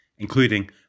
including